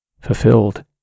Fulfilled